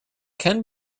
can